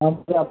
आप क्या